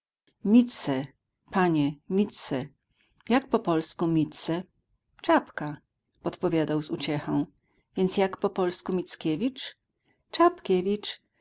zapałem mtze panie mtze jak po polsku mtze czapka podpowiadał z uciechą więc jak po polsku mickiewicz